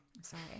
Sorry